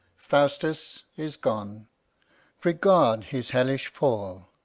faustus is gone regard his hellish fall,